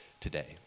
today